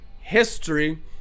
history